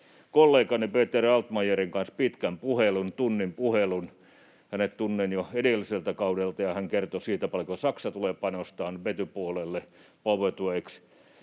kollegani Peter Altmaierin kanssa pitkän puhelun, tunnin puhelun. Hänet tunnen jo edelliseltä kaudelta, ja hän kertoi siitä, paljonko Saksa tulee panostamaan vetypuolelle power-to-x.